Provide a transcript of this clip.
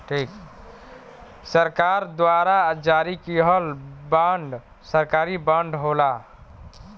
सरकार द्वारा जारी किहल बांड सरकारी बांड होला